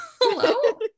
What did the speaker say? Hello